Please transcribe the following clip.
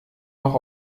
noch